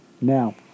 Now